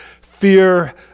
fear